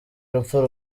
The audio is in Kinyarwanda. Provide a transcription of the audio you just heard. urupfu